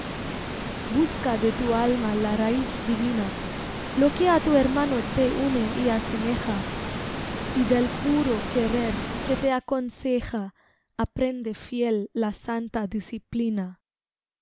busca de tu alma la raiz divina lo que á tu hermano te une y asemeja y del puro querer que te aconseja aprende fiel la santa disciplina